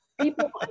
people